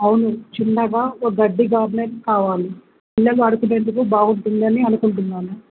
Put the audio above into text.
అవును చిన్నగా ఒక గడ్డి గాబనే కావాలి పిల్లలు అడుకునేందుకు బాగుంటుందని అనుకుంటున్నాను